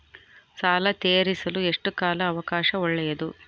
ಸಾಲ ತೇರಿಸಲು ಎಷ್ಟು ಕಾಲ ಅವಕಾಶ ಒಳ್ಳೆಯದು?